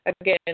again